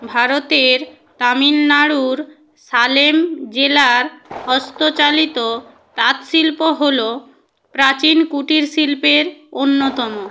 ভারতের তামিলনাড়ুর সালেম জেলার হস্তচালিত তাঁত শিল্প হল প্রাচীন কুটির শিল্পের অন্যতম